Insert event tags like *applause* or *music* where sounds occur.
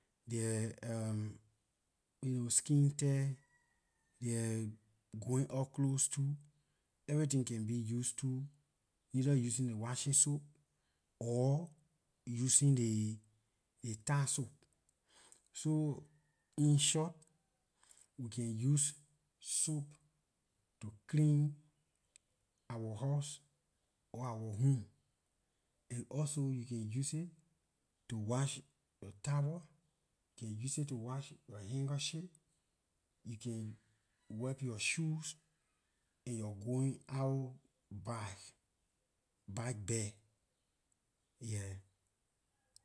Their *hesitation* you know skin tight their going- out clothes too everything can be used too either using ley washing soap or using ley tie soap so in short we can use soap to clean our house or our home and also we can use to wash yor towel can use aay to wash yor handkerchief you can wipe yor shoes and yor going- out bath back bag, yeah